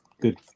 good